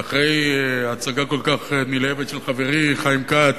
ואחרי הצגה כל כך נלהבת של חברי חיים כץ,